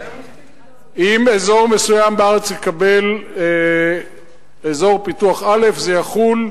אם אזור מסוים בארץ יקבל אזור פיתוח א', זה יחול,